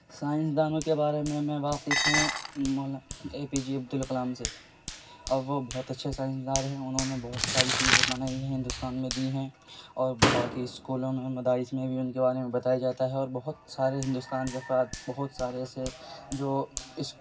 سائنسدانوں کے بارے میں واقف ہوں A P J Abdul Kalam سے اور وہ بہت اچھے سائنسداں رہے انہوں نے بہت ساری چیزیں بنائی ہیں ہندوستان میں دی ہیں اور باقی اسکولوں میں مدارس میں بھی ان کے بارے میں بتایا جاتا ہے اور بہت سارے ہندوستان کے افراد بہت سارے ایسے جو اس